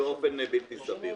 באופן בלתי סביר.